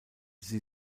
sie